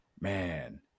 man